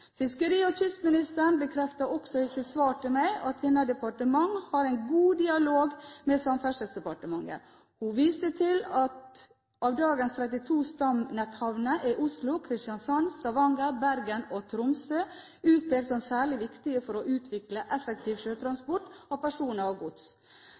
Fiskeri- og kystministeren bekreftet også i sitt svar til meg at hennes departement har en god dialog med Samferdselsdepartementet. Hun viste til at av dagens 32 stamnetthavner er Oslo, Kristiansand, Stavanger, Bergen og Tromsø utpekt som særlig viktige for å utvikle effektiv